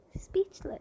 speechless